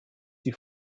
die